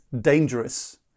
dangerous